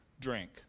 drink